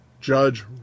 judge